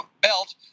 belt